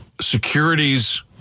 securities